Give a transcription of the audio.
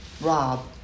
rob